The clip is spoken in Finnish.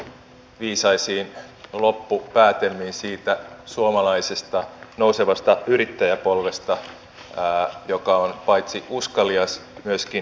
mutta tärkeä asia on työnvälityksen tehokkuus olosuhteissa joissa meillä on kohtaanto ongelmaa